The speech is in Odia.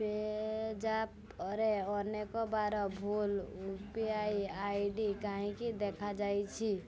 ପେଜ୍ ଆପ୍ରେ ଅନେକ ବାର ଭୁଲ U P I I D କାହିଁକି ଦେଖାଉଛି